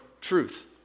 truth